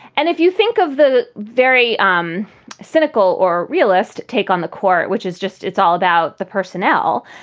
and if you think of the very um cynical or realist take on the court, which is just it's all about the personnel,